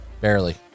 Barely